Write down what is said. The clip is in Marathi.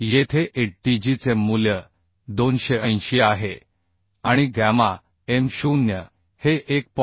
येथे atgचे मूल्य 280 आहे आणि गॅमा m0 हे 1